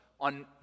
on